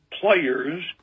players